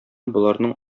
боларның